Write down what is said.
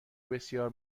بسیار